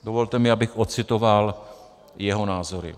Dovolte mi, abych ocitoval jeho názory: